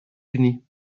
unis